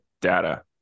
data